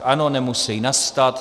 Ano, nemusejí nastat.